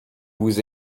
vous